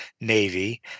Navy